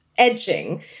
edging